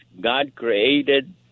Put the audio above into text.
God-created